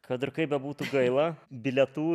kad ir kaip bebūtų gaila bilietų